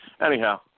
anyhow